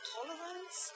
Tolerance